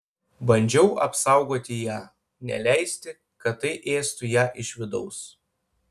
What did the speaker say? bandžiau apsaugoti ją neleisti kad tai ėstų ją iš vidaus